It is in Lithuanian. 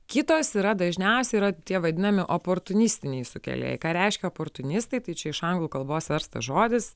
kitos yra dažniausiai yra tie vadinami oportunistiniai sukėlėjai ką reiškia oportunistai tai čia iš anglų kalbos verstas žodis